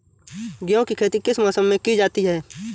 गेहूँ की खेती किस मौसम में की जाती है?